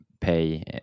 pay